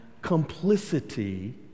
complicity